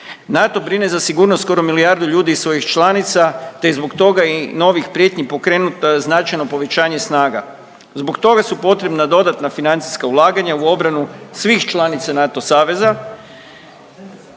NATO brine za sigurnost skoro milijardu ljudi i svojih članica, te je zbog toga i novih prijetnji pokrenuto značajno povećanje snaga. Zbog toga su potrebna dodatna financijska ulaganja u obranu svih članica NATO saveza